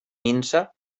minsa